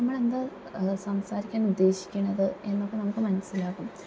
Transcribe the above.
നമ്മളെന്താണ് സംസാരിക്കാൻ ഉദ്ദേശിക്കുന്നത് എന്നൊക്കെ നമുക്ക് മനസിലാക്കാം